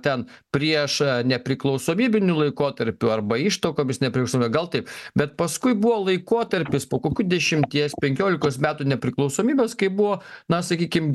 ten prieš nepriklausomybiniu laikotarpiu arba ištakomis nepriklausomybių gal taip bet paskui buvo laikotarpis po kokių dešimties penkiolikos metų nepriklausomybės kai buvo na sakykim